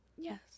Yes